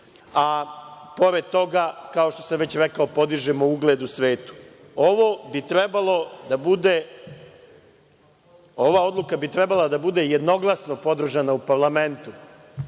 a pored toga, kao što sam već rekao, podižemo ugled u svetu. Ova odluka bi trebala da bude jednoglasno podržana u parlamentu,